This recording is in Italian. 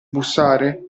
bussare